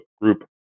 group